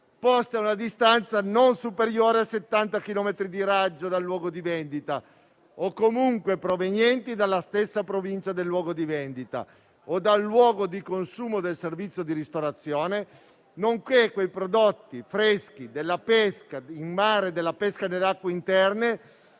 poste a una distanza non superiore a 70 chilometri di raggio dal luogo di vendita o comunque provenienti dalla stessa Provincia del luogo di vendita o dal luogo di consumo del servizio di ristorazione, nonché quei prodotti freschi della pesca in mare e della pesca nelle acque interne,